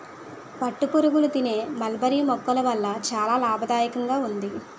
పట్టుపురుగులు తినే మల్బరీ మొక్కల వల్ల చాలా లాభదాయకంగా ఉంది